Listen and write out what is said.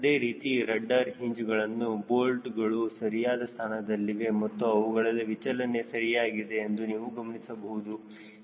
ಅದೇ ರೀತಿ rudder hinge ಗಳನ್ನು ಬೋಲ್ಟ್ಗಳು ಸರಿಯಾದ ಸ್ಥಾನದಲ್ಲಿವೆ ಮತ್ತು ಅವುಗಳ ವಿಚಲನೆಯ ಸರಿಯಾಗಿದೆ ಎಂದು ನೀವು ಗಮನಿಸಬಹುದು